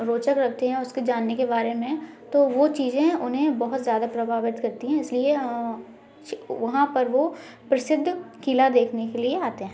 रोचक रखते हैं उसके जानने के बारे में तो वो चीज़ें उन्हें बहुत ज़्यादा प्रभावित करती हैं इसलिए वहाँ पर वो प्रसिद्ध किला देखने के लिए आते हैं